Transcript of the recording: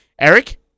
Eric